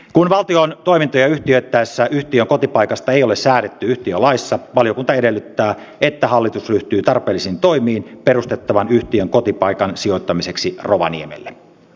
kun valtion toimintoja yhtiöitettäessä yhtiön kotipaikasta ei ole säädetty yhtiölaissa valiokunta edellyttää että hallitus ryhtyy tarpeellisiin toimiin perustettavan yhtiön kotipaikan sijoittamiseksi rovaniemelle